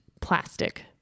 plastic